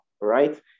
right